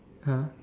!huh!